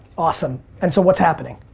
awesome. and so what's happening?